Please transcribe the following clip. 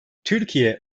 türkiye